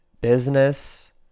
business